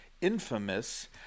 infamous